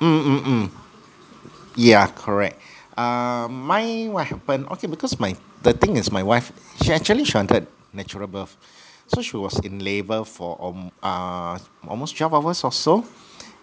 mm mm mm yeah correct um my what happen okay because my the thing is my wife she actually she wanted natural birth so she was in labour for alm~ um err almost twelve hours or so